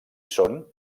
són